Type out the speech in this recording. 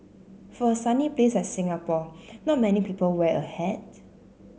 for a sunny place like Singapore not many people wear a hat